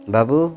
Babu